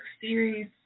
series